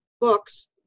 Books